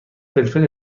فلفل